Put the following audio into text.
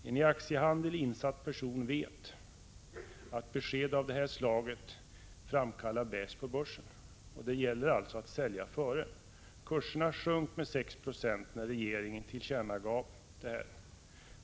En i aktiehandel insatt person vet att besked av det slaget framkallar baisse på börsen. Det gäller alltså att sälja innan en höjning av omsättningsskatten sker. Kurserna sjönk med 6 26 när regeringen tillkännagav detta beslut. Statsrådet Johansson!